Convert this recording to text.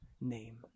name